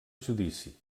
judici